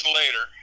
later